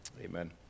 Amen